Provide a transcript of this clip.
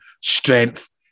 strength